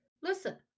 listen